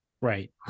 Right